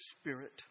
spirit